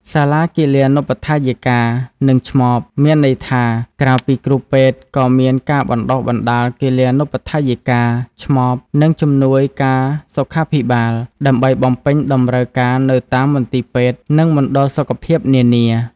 សាលាគិលានុបដ្ឋាយិកា និងឆ្មប មានន័យថា ក្រៅពីគ្រូពេទ្យក៏មានការបណ្ដុះបណ្ដាលគិលានុបដ្ឋាយិកា ឆ្មប និងជំនួយការសុខាភិបាល ដើម្បីបំពេញតម្រូវការនៅតាមមន្ទីរពេទ្យ និងមណ្ឌលសុខភាពនានា។